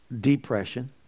depression